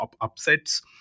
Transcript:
upsets